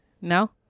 No